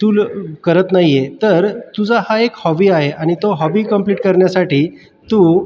तु ल करत नाही आहे तर तुझा हा एक हॉबी आहे आणि तो हॉबी कम्प्लीट करण्यासाठी तू